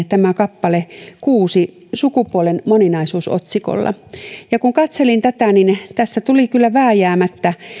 tämä kappale kuudella otsikolla sukupuolen moninaisuus ja kun katselin tätä niin tässä tuli kyllä vääjäämättä